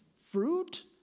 fruit